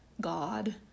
God